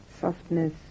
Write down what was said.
Softness